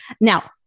Now